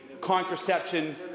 contraception